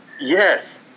Yes